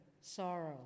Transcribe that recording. sorrow